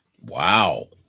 Wow